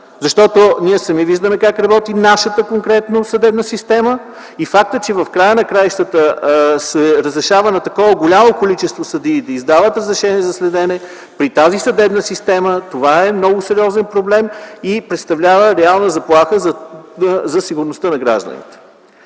защото ние сами виждаме как работи нашата конкретно съдебна система. Фактът, че в края на краищата се разрешава на такова голямо количество съдии да издават разрешение за следене при тази съдебна система е много сериозен проблем и представлява реална заплаха за сигурността на гражданите.